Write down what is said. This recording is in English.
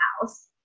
house